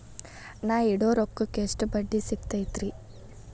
ನಾ ಇಡೋ ರೊಕ್ಕಕ್ ಎಷ್ಟ ಬಡ್ಡಿ ಸಿಕ್ತೈತ್ರಿ?